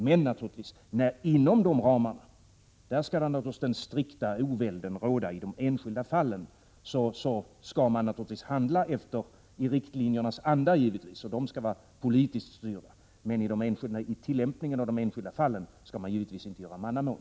Men inom dessa ramar skall den strikta ovälden naturligtvis råda i de enskilda fallen. Man skall givetvis handla i riktlinjernas anda, och dessa skall vara politiskt styrda. Men beträffande tillämpningen i de enskilda fallen skall man självfallet inte öva mannamån.